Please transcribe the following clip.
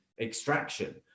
extraction